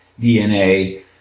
DNA